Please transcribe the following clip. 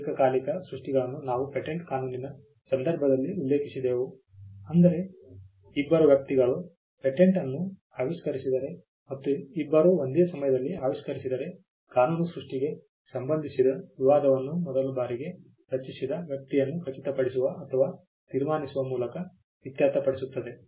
ಏಕಕಾಲಿಕ ಸೃಷ್ಟಿಗಳನ್ನು ನಾವು ಪೇಟೆಂಟ್ ಕಾನೂನಿನ ಸಂದರ್ಭದಲ್ಲಿ ಉಲ್ಲೇಖಿಸಿದ್ದೆವು ಅಂದರೆ ಇಬ್ಬರು ವ್ಯಕ್ತಿಗಳು ಪೇಟೆಂಟ್ ಅನ್ನು ಆವಿಷ್ಕರಿಸಿದರೆ ಮತ್ತು ಇಬ್ಬರು ಒಂದೇ ಸಮಯದಲ್ಲಿ ಆವಿಷ್ಕಾರವನ್ನು ಆವಿಷ್ಕರಿಸಿದರೆ ಕಾನೂನು ಸೃಷ್ಟಿಗೆ ಸಂಬಂಧಿಸಿದ ವಿವಾದವನ್ನು ಮೊದಲ ಬಾರಿಗೆ ರಚಿಸಿದ ವ್ಯಕ್ತಿಯನ್ನು ಖಚಿತಪಡಿಸುವ ಅಥವಾ ತೀರ್ಮಾನಿಸುವ ಮೂಲಕ ಇತ್ಯರ್ಥಪಡಿಸುತ್ತದೆ